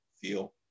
feel